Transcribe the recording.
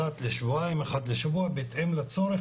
אחת לשבועיים או אחת לשבוע בהתאם לצורך,